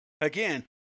again